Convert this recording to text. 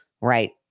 Right